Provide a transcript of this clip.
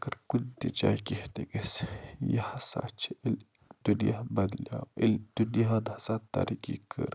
اگر کُنہِ تہِ جایہِ کیٚنہہ تہِ گژھِ یہِ ہسا چھِ دُنیا بَدلیو ییٚلہِ دُنیاہَن ہسا ترقی کٔر